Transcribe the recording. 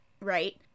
right